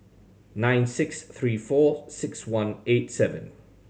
nine six three four six one eight seven